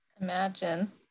imagine